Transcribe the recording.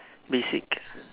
basic